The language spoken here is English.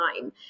time